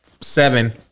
seven